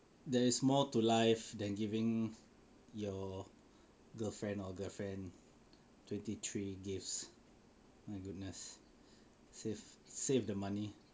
there is more to life than giving your girlfriend or girlfriend twenty three gifts my goodness save save the money